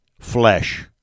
flesh